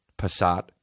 Passat